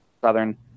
Southern